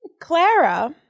Clara